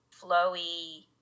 flowy